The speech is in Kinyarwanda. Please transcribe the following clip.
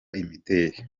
imideli